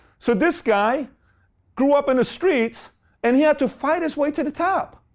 so this guy grew up in the streets and he has to fight his way to the top.